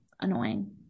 Annoying